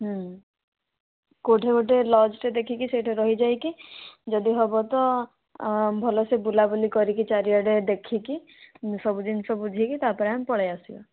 କେଉଁଠି ଗୋଟିଏ ଲଜଟେ ଦେଖିକି ସେଇଠି ରହିଯାଇକି ଯଦି ହେବ ତ ଆଉ ଭଲ ସେ ବୁଲା ବୁଲି କରିକି ଚାରି ଆଡ଼େ ଦେଖିକି ସବୁ ଜିନିଷ ବୁଝିକି ତାପରେ ଆମେ ପଳେଇଆସିବା